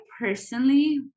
personally